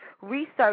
Research